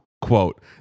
Quote